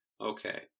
Okay